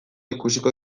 ikusiko